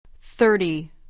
Thirty